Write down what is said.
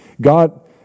God